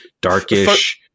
darkish-